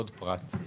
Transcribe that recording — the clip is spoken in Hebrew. עוד פרט.